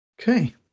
Okay